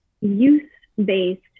youth-based